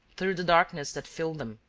through the darkness that filled them,